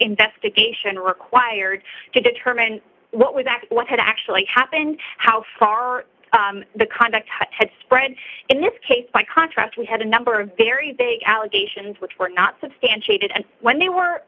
investigation required to determine what was act what had actually happened how far the conduct had spread in this case by contrast we had a number of very big allegations which were not substantiated and when they were